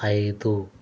ఐదు